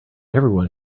everyone